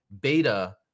beta